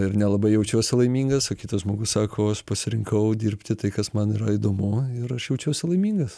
ir nelabai jaučiuosi laimingas o kitas žmogus sako aš pasirinkau dirbti tai kas man yra įdomu ir aš jaučiausi laimingas